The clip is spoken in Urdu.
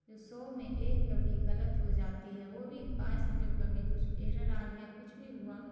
جو سو میں ایک کبھی غلط ہو جاتی ہے وہ بھی بائی سنجوگ کبھی کچھ ارر آ گیا کچھ بھی ہوا